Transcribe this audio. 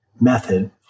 method